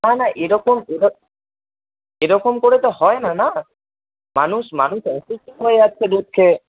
না না এরকম এরকম করে তো হয়না না মানুষ মানুষ অসুস্থ হয়ে যাচ্ছে দুধ খেয়ে